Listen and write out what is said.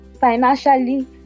financially